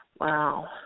Wow